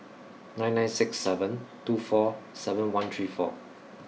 nine nine six seven two four seven one three four